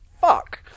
fuck